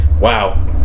wow